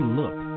look